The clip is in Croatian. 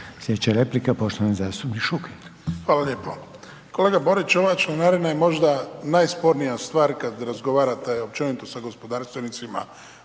sljedeća replika poštovani zastupnik Šuker. **Šuker, Ivan (HDZ)** Hvala lijepo. Kolega borić, ova članarina je možda najspornija stvari kada razgovarate općenito sa gospodarstvenicima